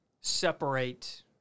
separate